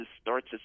starts